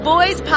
Boys